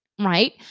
right